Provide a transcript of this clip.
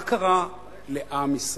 מה קרה לעם ישראל?